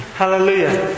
hallelujah